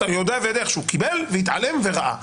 אתה יודע ועוד איך שהוא קיבל והתעלם וראה.